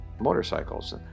motorcycles